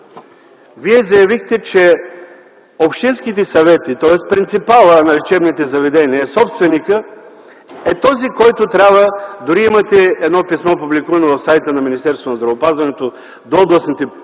Вие заявихте, че общинските съвети, тоест принципалът на лечебните заведения, собственикът е този, който трябва (дори имате едно публикувано писмо в сайта на Министерството на здравеопазването до областните